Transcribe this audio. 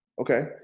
Okay